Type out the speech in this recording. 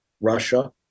Russia